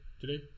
today